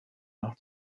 nach